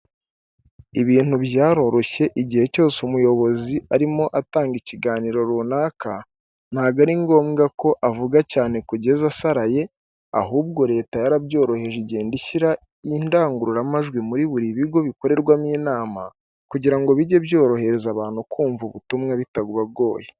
Ibintu byaroroshye igihe cyose umuyobozi arimo atanga ikiganiro runaka ntabwo ari ngombwa ko avuga cyane kugeza asaraye ahubwo Leta yarabyoroheje igenda ishyira indangururamajwi muri buri bigo bikorerwamo inama kugira ngo bijye byorohereza abantu kumva ubutumwa bitabagoye.